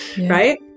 right